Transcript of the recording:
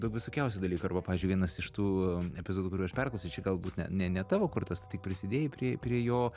daug visokiausių dalykų pavyzdžiui vienas iš tų epizodų kur aš perklausiu čia galbūt ne ne ne tavo kurtas tik prisidėjai prie prie jo